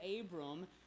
Abram